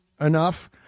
enough